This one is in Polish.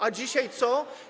A dzisiaj co?